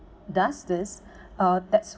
does this uh that's